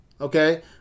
okay